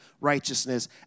righteousness